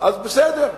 אז בסדר.